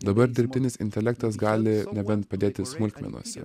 dabar dirbtinis intelektas gali nebent padėti smulkmenose